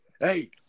hey